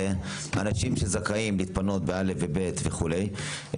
אנשים שזכאים להתפנות ב-א' ו-ב' וכולי,